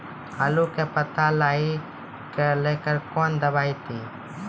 आलू के पत्ता लाही के लेकर कौन दवाई दी?